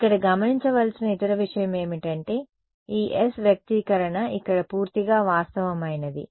ఇక్కడ గమనించవలసిన ఇతర విషయం ఏమిటంటే ఈ S వ్యక్తీకరణ ఇక్కడ పూర్తిగా వాస్తవమైనది